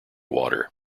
water